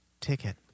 ticket